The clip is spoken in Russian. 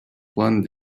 план